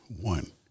one